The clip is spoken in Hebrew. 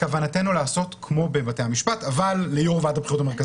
כוונתנו לעשות כמו בבתי המשפט אבל ליו"ר ועדת הבחירות המרכזית